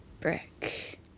brick